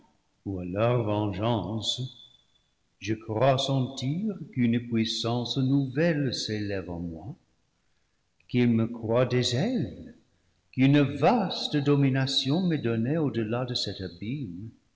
vengeance je crois sentir qu'une puissance nouvelle s'élève en moi qu'il me croît des ailes qu'une vaste domination m'est don née au-delà de cet abîme